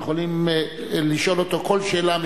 יכולים לשאול אותו כל שאלה,